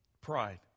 pride